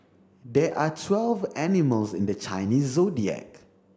there are twelve animals in the Chinese Zodiac